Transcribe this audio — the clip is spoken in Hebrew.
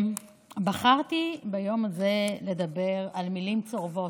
בחרתי ביום הזה לדבר על מילים צורבות,